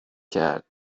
کرد